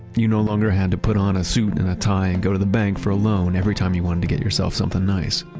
you no longer had to put on a suit and a tie and go to the bank for a loan every time you wanted to get yourself something nice.